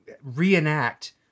reenact